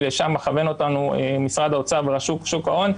כי לשם מכוון אותנו משרד האוצר ורשות שוק ההון,